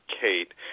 Kate